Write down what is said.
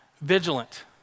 vigilant